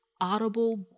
audible